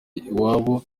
iwabo